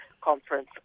conference